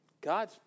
God